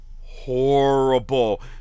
Horrible